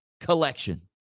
collection